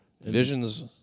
Visions